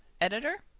editor